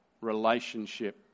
relationship